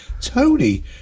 tony